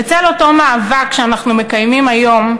בצל אותו מאבק שאנחנו מקיימים היום,